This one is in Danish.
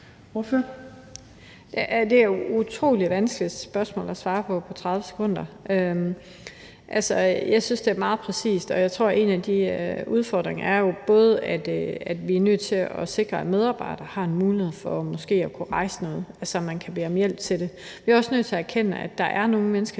Det er jo et utrolig vanskeligt spørgsmål at svare på på 30 sekunder. Jeg synes, det er meget præcist, og jeg tror, at en af de udfordringer jo er, at vi er nødt til at sikre, at medarbejdere har en mulighed for måske at kunne rejse nogle sager, så man kan bede om hjælp til det. Vi er også nødt til at erkende, at der er nogle mennesker